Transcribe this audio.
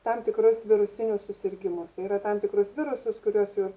tam tikrus virusinius susirgimus tai yra tam tikrus virusus kuriuos jau ir